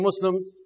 Muslims